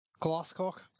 Glasscock